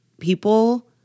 people